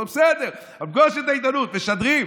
אמרתי: בסדר, פגוש את העיתונות, משדרים?